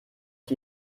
ich